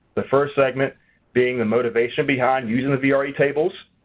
the first segment being the motivation behind using the vre tables.